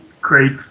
great